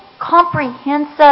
comprehensive